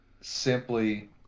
simply